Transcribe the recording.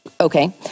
Okay